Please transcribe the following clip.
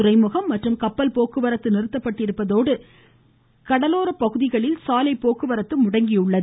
துறைமுகம் மற்றும் கப்பல் போக்குவரத்து நிறுத்தப்பட்டிருப்பதோடு கடலோர பகுதிகளில் சாலை போக்குவரத்தும் முடங்கியுள்ளது